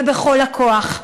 ובכל הכוח,